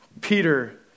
Peter